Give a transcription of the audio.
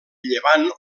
llevant